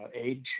age